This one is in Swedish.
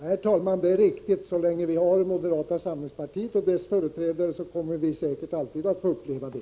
Herr talman! Det är riktigt. Så länge vi har moderata samlingspartiet och dess företrädare kommer vi säkert alltid att få uppleva det.